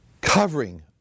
covering